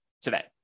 today